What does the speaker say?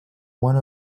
one